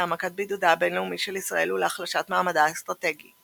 להעמקת בידודה הבינלאומי של ישראל ולהחלשת מעמדה האסטרטגי.